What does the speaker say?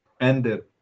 ended